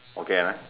okay lah